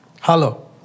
Hello